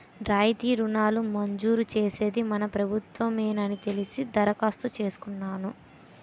రాయితీ రుణాలు మంజూరు చేసేది మన ప్రభుత్వ మేనని తెలిసి దరఖాస్తు చేసుకున్నాను